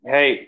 Hey